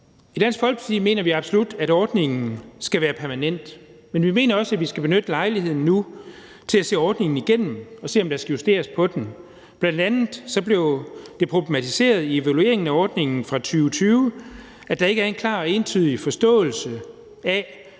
I Dansk Folkeparti mener vi absolut, at ordningen skal være permanent, men vi mener også, at vi skal benytte lejligheden til nu at se ordningen igennem og se, om der skal justeres på den. Bl.a. blev det i evalueringen af ordningen fra 2020 problematiseret, at der ikke er en klar og entydig forståelse af,